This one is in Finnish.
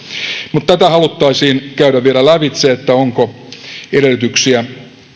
mutta tätä haluttaisiin käydä vielä lävitse onko edellytyksiä